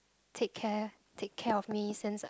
take care take care of me since